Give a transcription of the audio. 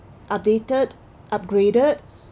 updated upgraded